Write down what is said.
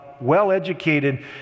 well-educated